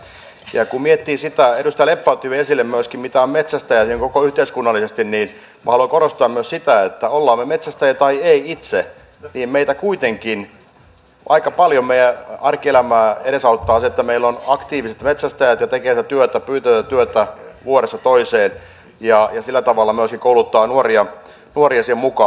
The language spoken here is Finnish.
ja kun miettii sitä minkä edustaja leppä otti esille myöskin mitä on metsästäjä yhteiskunnallisesti niin minä haluan korostaa myös sitä että olemme me metsästäjiä tai emme itse niin aika paljon meidän arkielämäämme edesauttaa se että meillä on aktiiviset metsästäjät jotka tekevät tätä työtä pyyteetöntä työtä vuodesta toiseen ja sillä tavalla myöskin kouluttavat nuoria siihen mukaan